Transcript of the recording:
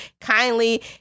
kindly